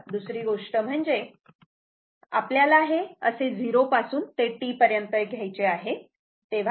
तर दुसरी गोष्ट म्हणजे आपल्याला हे असे 0 पासून ते T पर्यंत यायचे आहे